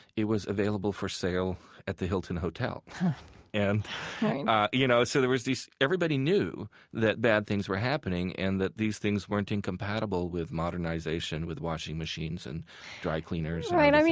it was available for sale at the hilton hotel and you know, so there was this everybody knew that bad things were happening and that these things weren't incompatible with modernization, with washing machines and dry cleaners and